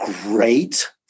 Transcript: great